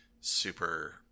super